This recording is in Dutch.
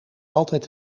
altijd